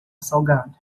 salgado